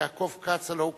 יעקב כץ, הלוא הוא